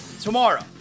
tomorrow